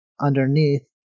underneath